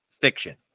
fiction